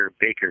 Baker